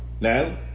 Now